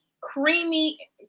creamy